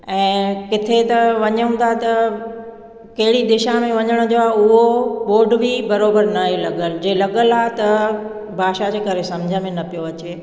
ऐं किथे त वञूं था त कहिड़ी दिशा में वञण जा उहो बोड बि बराबरि न आहे लॻियलु जे लॻियलु आहे त भाषा जे करे सम्झ में न पियो अचे